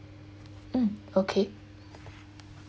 mm okay